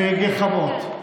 אני לא ממציא דברים מגחמות.